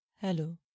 Hello